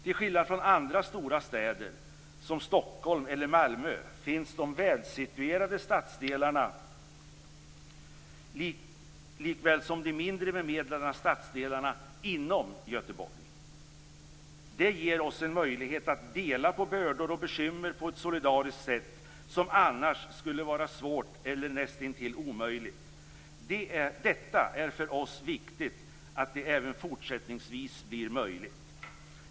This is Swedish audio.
Till skillnad från andra stora städer som Stockholm eller Malmö finns de välsituerade stadsdelarna likväl som de mindre bemedlade stadsdelarna inom Göteborg. Det ger oss en möjlighet att dela på bördor och bekymmer på ett solidariskt sätt som annars skulle vara svårt eller näst intill omöjligt. Det är för oss viktigt att det även fortsättningsvis blir möjligt.